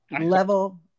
level